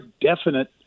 definite